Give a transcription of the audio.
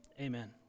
amen